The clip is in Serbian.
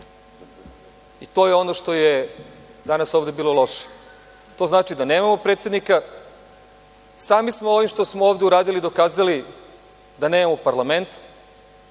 To je ono što je danas ovde bilo loše. To znači da nemamo predsednika. Samim smo ovim što smo ovde uradili dokazali da nemamo parlament,